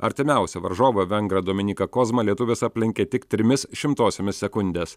artimiausią varžovą vengrą dominiką kozmą lietuvis aplenkė tik trimis šimtosiomis sekundės